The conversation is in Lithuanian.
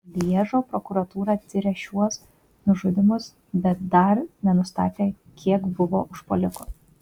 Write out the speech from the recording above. lježo prokuratūra tiria šiuos nužudymus bet dar nenustatė kiek buvo užpuolikų